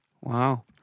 Wow